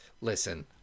Listen